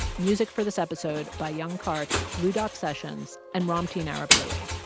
music for this episode by yung kartz, blue dot sessions and ramtin arablouei.